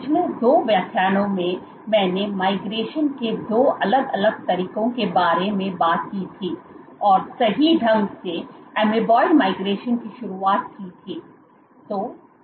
पिछले दो व्याख्यानों में मैंने माइग्रेशन के दो अलग अलग तरीकों के बारे में बात की थी और सही ढंग से amoeboid माइग्रेशन की शुरुआत की थी